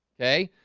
okay?